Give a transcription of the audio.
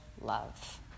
love